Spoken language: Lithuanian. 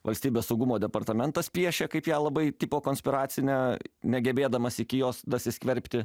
valstybės saugumo departamentas piešė kaip ją labai tipo konspiracinę negebėdamas iki jos dasiskverbti